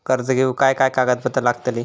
कर्ज घेऊक काय काय कागदपत्र लागतली?